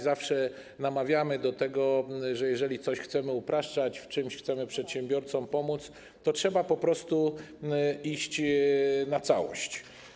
Zawsze namawiamy do tego, że jeżeli coś chcemy upraszczać, w czymś chcemy przedsiębiorcom pomóc, to trzeba po prostu iść na całość.